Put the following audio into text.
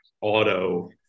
auto